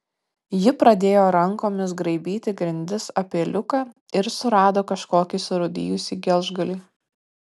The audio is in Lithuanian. ji pradėjo rankomis graibyti grindis apie liuką ir surado kažkokį surūdijusį gelžgalį